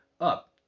up